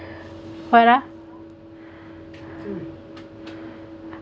what ah